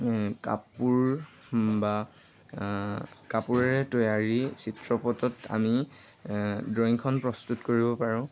কাপোৰ বা কাপোৰেৰে তৈয়াৰী চিত্ৰপথত আমি ড্ৰয়িংখন প্ৰস্তুত কৰিব পাৰোঁ